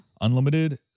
Unlimited